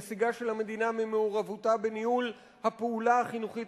נסיגה של המדינה ממעורבותה בניהול הפעולה החינוכית